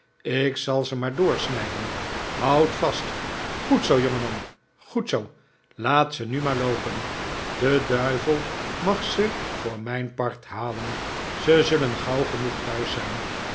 ik zal ze maar doorsnijden houd vast goed zoo jongeman goed zoo laat ze nu maar loopen de duivel mag ze voor mijn part halen ze zullen gauw genoeg thuis zijn